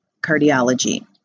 cardiology